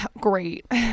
Great